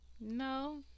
no